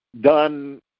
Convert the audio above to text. done